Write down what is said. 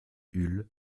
hull